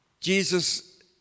Jesus